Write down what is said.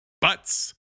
Butts